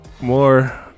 more